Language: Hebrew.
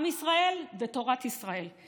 עם ישראל ותורת ישראל.